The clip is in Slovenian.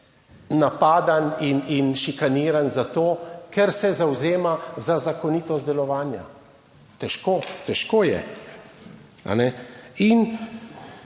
napaden in šikaniran zato, ker se zavzema za zakonitost delovanja. Težko je.